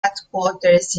headquarters